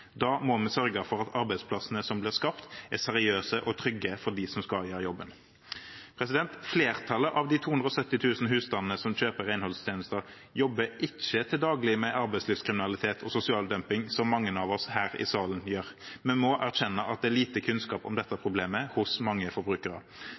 Da må vi sørge for at arbeidsplassene som blir skapt, er seriøse og trygge for dem som skal gjøre jobben. Flertallet av de 270 000 husstandene som kjøper renholdstjenester, jobber ikke til daglig med arbeidslivskriminalitet og sosial dumping, som mange av oss her i salen gjør. Vi må erkjenne at det er lite kunnskap om dette